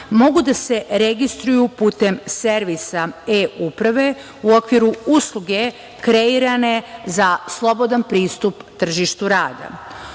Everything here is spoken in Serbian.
mogu da se registruju putem servisa e-uprave u okviru usluge kreirane za slobodan pristup tržištu rada.